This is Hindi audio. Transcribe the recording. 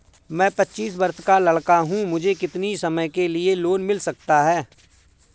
मैं पच्चीस वर्ष का लड़का हूँ मुझे कितनी समय के लिए लोन मिल सकता है?